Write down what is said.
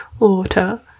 water